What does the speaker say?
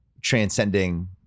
transcending